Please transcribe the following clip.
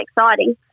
exciting